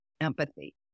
empathy